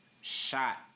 shot